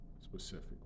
specifically